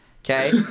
Okay